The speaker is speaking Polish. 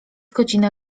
godzina